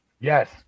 Yes